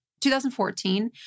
2014